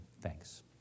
Thanks